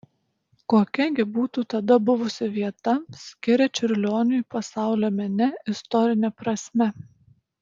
kokia gi būtų tada buvusi vieta skiria čiurlioniui pasaulio mene istorine prasme